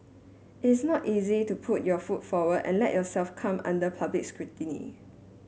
it's not easy to put your foot forward and let yourself come under public scrutiny